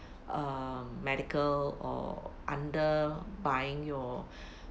uh medical or under buying your